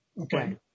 Okay